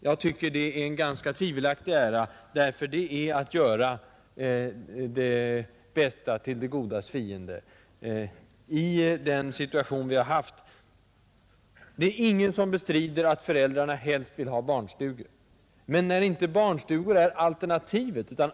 Jag tycker att det är en ganska tvivelaktig ära, ty det är att göra det goda till det bästas fiende, i den situation vi har haft. Ingen bestrider att föräldrarna helst vill ha barnstugor. Men barnstugor har inte varit något alternativ i många fall.